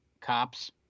Cops